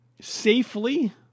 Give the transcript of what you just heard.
safely